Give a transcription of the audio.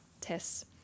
tests